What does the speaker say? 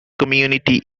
community